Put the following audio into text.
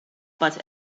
but